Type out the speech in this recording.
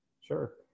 Sure